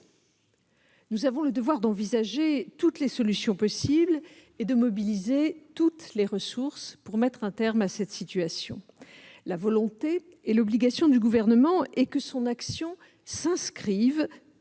Nous avons le devoir d'envisager toutes les solutions possibles et de mobiliser toutes les ressources pour mettre un terme à cette situation. La volonté- et l'obligation -du Gouvernement est que son action s'inscrive